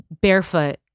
barefoot